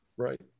right